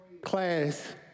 class